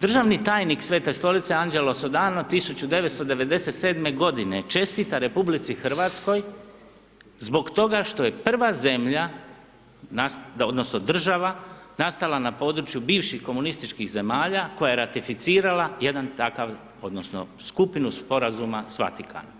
državni tajnik Svete Stolice Angelo Sodano 1997. godine čestita RH zbog toga što je prva zemlja odnosno država nastala na području bivših komunističkih zemalja koja je ratificirala jedan takav odnosno skupinu sporazuma s Vatikanom.